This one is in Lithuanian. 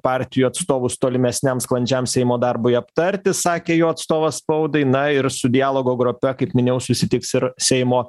partijų atstovus tolimesniam sklandžiam seimo darbui aptarti sakė jo atstovas spaudai na ir su dialogo grope kaip minėjau susitiks ir seimo